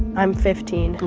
i'm fifteen.